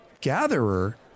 gatherer